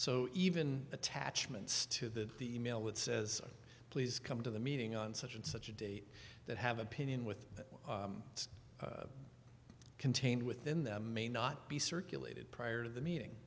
so even attachments to the the e mail that says please come to the meeting on such and such a date that have opinion with it's contained within them may not be circulated prior to the meeting